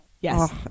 yes